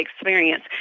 experience